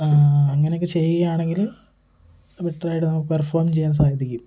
അങ്ങനെയൊക്കെ ചെയ്യുകയാണെങ്കില് ബെറ്ററായിട്ട് നമുക്ക് പെർഫോം ചെയ്യാൻ സാധിക്കും